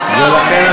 ולכן,